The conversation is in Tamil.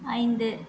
ஐந்து